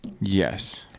Yes